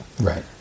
right